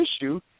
issue